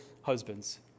husbands